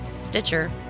Stitcher